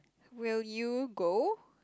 will you go